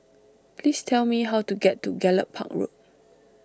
please tell me how to get to Gallop Park Road